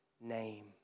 name